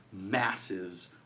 massive